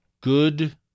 good